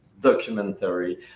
documentary